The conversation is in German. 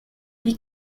wie